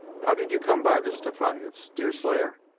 how did you come by this defiance, deerslayer?